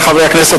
חברי חברי הכנסת,